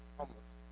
homeless